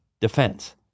defense